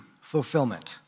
fulfillment